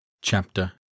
Chapter